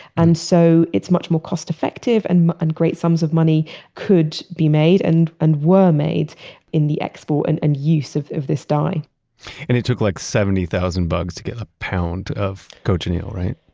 and so it's much more cost-effective and and great sums of money could be made and and were made in the export and and use of of this dye it took like seventy thousand bugs to get a pound of cochineal, right?